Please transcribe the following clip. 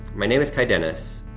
my name is kye dennis.